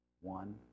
one